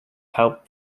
help